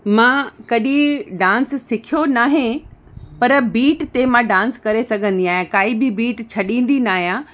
मां कॾहिं डांस सिखियो नाहे पर बिट ते मां डांस करे सघंदी आहियां काई बि बिट छॾींदी न आहियां